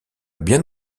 bien